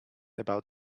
about